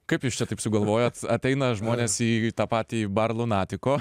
kaip jūs čia taip sugalvojot ateina žmonės į tą patį bar lunatico